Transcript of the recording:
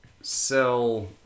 sell